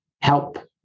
Help